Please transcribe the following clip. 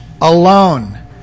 Alone